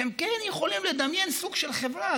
שהם כן יכולים לדמיין סוג של חברה,